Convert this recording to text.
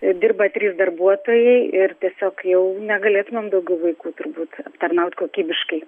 dirba trys darbuotojai ir tiesiog jau negalėtumėm daugiau vaikų turbūt aptarnaut kokybiškai